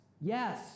yes